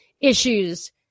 issues